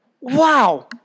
Wow